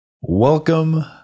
Welcome